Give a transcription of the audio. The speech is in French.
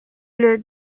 est